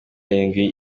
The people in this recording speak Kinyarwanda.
arindwi